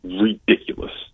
ridiculous